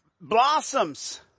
blossoms